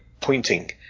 pointing